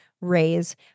raise